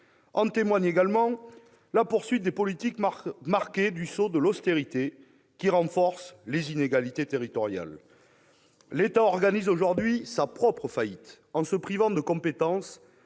En témoigne également la poursuite des politiques marquées du sceau de l'austérité, qui renforcent les inégalités territoriales. L'État organise aujourd'hui sa propre faillite en se privant de compétences